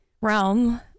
realm